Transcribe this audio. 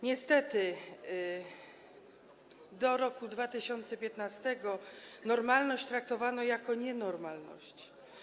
Niestety do roku 2015 normalność traktowano jako nienormalność.